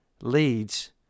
leads